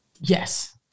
Yes